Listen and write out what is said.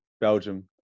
Belgium